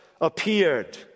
appeared